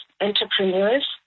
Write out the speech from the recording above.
entrepreneurs